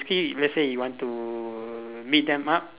basically let's say you want to meet them up